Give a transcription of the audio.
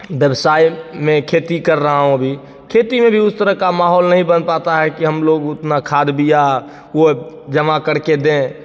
व्यवसाय में खेती कर रहा हूँ अभी खेती में भी उस तरह का माहौल नहीं बन पाता है कि हम लोग उतना खाद बीया वो जमा करके दें